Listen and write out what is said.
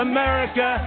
America